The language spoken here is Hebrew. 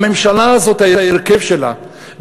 ההרכב שלה,